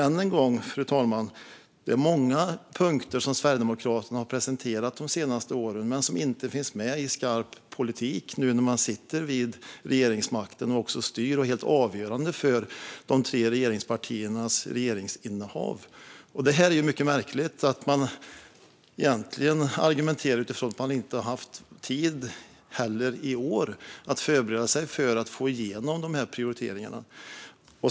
Än en gång är det många punkter som Sverigedemokraterna har presenterat under de senaste åren men som inte finns med i skarp politik nu när de är med och styr och är helt avgörande för de tre regeringspartiernas regeringsinnehav. Det är mycket märkligt att de egentligen argumenterar utifrån att de inte heller i år har haft tid att förbereda sig för att få igenom dessa prioriteringar.